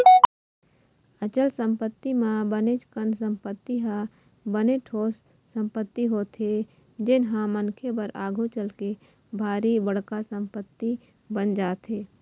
अचल संपत्ति म बनेच कन संपत्ति ह बने ठोस संपत्ति होथे जेनहा मनखे बर आघु चलके भारी बड़का संपत्ति बन जाथे